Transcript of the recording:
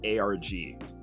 ARG